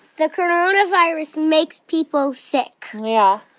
the coronavirus makes people sick yeah.